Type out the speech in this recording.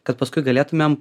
kad paskui galėtumėm